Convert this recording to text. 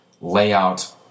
layout